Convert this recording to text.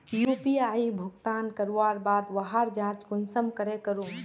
UPI भुगतान करवार बाद वहार जाँच कुंसम करे करूम?